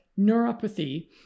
neuropathy